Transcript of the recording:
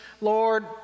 Lord